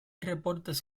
reportes